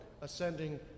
ascending